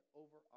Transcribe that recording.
over